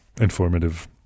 informative